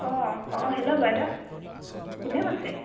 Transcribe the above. অঁ অঁ হেল্ল' বাইদেউ কোনে কৈছে